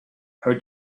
her